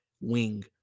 wing